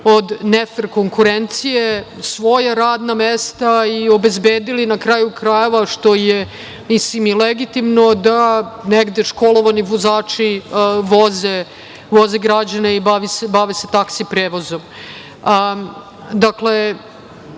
od nefer konkurencije, svoja radna mesta i obezbedili, na kraju krajeva, što je i legitimno, da negde školovani vozači voze građane i bave se taksi prevozom. Dakle,